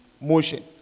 motion